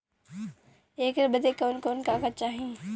ऐकर बदे कवन कवन कागज चाही?